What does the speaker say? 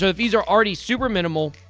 so fees are already super minimal,